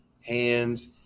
hands